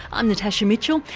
i'm natasha mitchell,